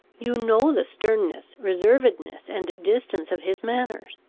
you know the sternness, reservedness, and distance of his manners.